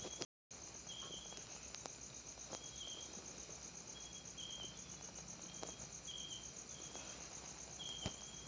ATM card ह्या payment card किंवा वित्तीय संस्थेद्वारा जारी केलेला समर्पित पेमेंट कार्ड असा